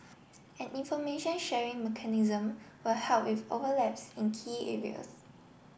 an information sharing mechanism will help with overlaps in key areas